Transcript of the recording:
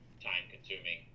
time-consuming